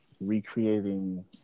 recreating